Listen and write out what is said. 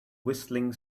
whistling